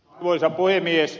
arvoisa puhemies